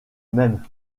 même